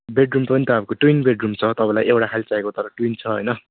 bedroom पनि त अर्को ट्विन बेडरुम छ तपाईँलाई एउटा खाली चाहिएको तर ट्विन छ हैन